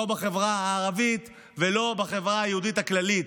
לא בחברה הערבית ולא בחברה היהודית הכללית.